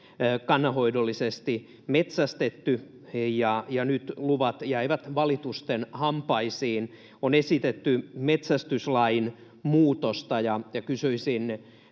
kannanhoidollisesti metsästetty, ja nyt luvat jäivät valitusten hampaisiin. On esitetty metsästyslain muutosta, ja kysyisin